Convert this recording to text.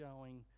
showing